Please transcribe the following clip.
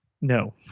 No